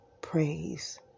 praise